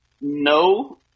No